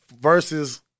versus